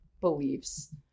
beliefs